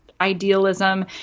idealism